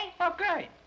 Okay